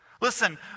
Listen